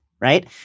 right